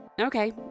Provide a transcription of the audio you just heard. Okay